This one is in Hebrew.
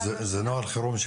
מי אישר את נוהל החירום?